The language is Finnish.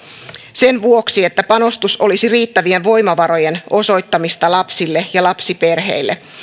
sen vuoksi että panostus olisi riittävien voimavarojen osoittamista lapsille ja lapsiperheille